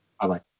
Bye-bye